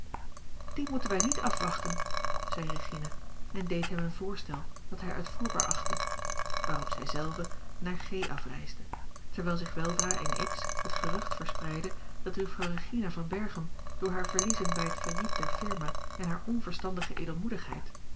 die moeten wij niet afwachten zeide regina en deed hem een voorstel dat hij uitvoerbaar achtte waarop zij zelve naar g afreisde terwijl zich weldra in x het gerucht verspreidde dat juffrouw regina van berchem door hare verliezen bij het failliet der firma en hare